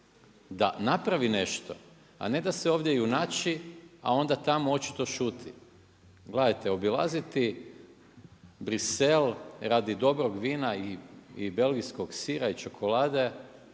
da napravi nešto. A ne da se ovdje junači, a onda tamo očito šuti. Gledajte, obilaziti Bruxelles radi dobrog vina i belgijskog sira i čokolade